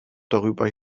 darüber